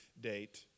date